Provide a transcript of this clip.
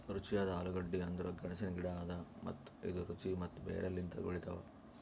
ರುಚಿಯಾದ ಆಲೂಗಡ್ಡಿ ಅಂದುರ್ ಗೆಣಸಿನ ಗಿಡ ಅದಾ ಮತ್ತ ಇದು ರುಚಿ ಮತ್ತ ಬೇರ್ ಲಿಂತ್ ಬೆಳಿತಾವ್